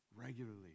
regularly